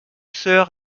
soeur